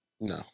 No